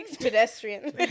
pedestrian